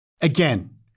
Again